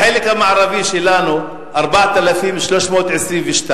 החלק המערבי שלנו, 4,322 איש.